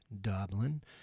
Doblin